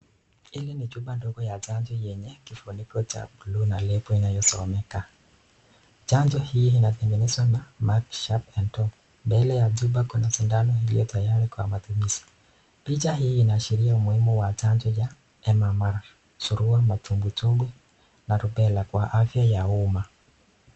Hili ni chupa ndogo ya chanjo yenye kifuniko cha buluu na lebo inayosomeka. Chanjo hii inatengenezwa na [cs MERK& CO .Mbele ya chupa kuna sindano iliyo tayari kwa matumizi. Picha hii inaashiria umuhimu wa chanjo ya M-M-R, surua ,matumbwitumbwi na rubella kwa afya ya umma.